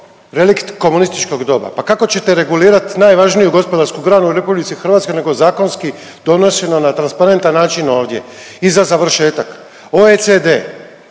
relikt komunističkog doba. Pa kako ćete regulirat najvažniju gospodarsku granu u RH nego zakonski donošeno na transparentan način ovdje. I za završetak, OECD,